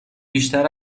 بیشتر